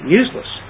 useless